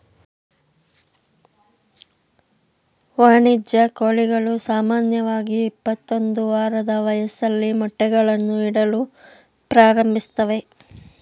ವಾಣಿಜ್ಯ ಕೋಳಿಗಳು ಸಾಮಾನ್ಯವಾಗಿ ಇಪ್ಪತ್ತೊಂದು ವಾರದ ವಯಸ್ಸಲ್ಲಿ ಮೊಟ್ಟೆಗಳನ್ನು ಇಡಲು ಪ್ರಾರಂಭಿಸ್ತವೆ